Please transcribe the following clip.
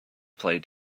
play